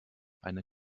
eine